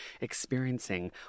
experiencing